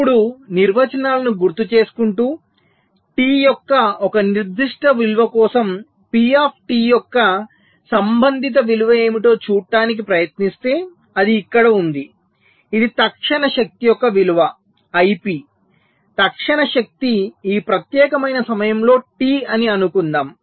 ఇప్పుడు నిర్వచనాలను గుర్తుచేసుకుంటూ t యొక్క ఒక నిర్దిష్ట విలువ కోసం P యొక్క సంబంధిత విలువ ఏమిటో చూడటానికి ప్రయత్నిస్తే అది ఇక్కడ ఉంది ఇది తక్షణ శక్తి యొక్క విలువ IP తక్షణ శక్తి ఈ ప్రత్యేకమైన సమయంలో టి అని అనుకుందాం